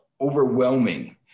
overwhelming